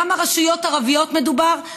בכמה רשויות ערביות מדובר.